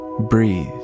breathe